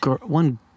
one